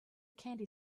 candy